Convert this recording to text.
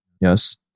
yes